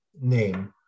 name